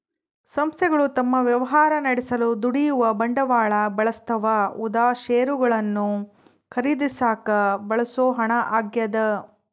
ಸಂಸ್ಥೆಗಳು ತಮ್ಮ ವ್ಯವಹಾರ ನಡೆಸಲು ದುಡಿಯುವ ಬಂಡವಾಳ ಬಳಸ್ತವ ಉದಾ ಷೇರುಗಳನ್ನು ಖರೀದಿಸಾಕ ಬಳಸೋ ಹಣ ಆಗ್ಯದ